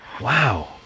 Wow